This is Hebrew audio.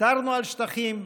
ויתרנו על שטחים,